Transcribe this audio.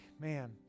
man